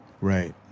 Right